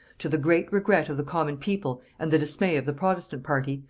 to the great regret of the common people and the dismay of the protestant party,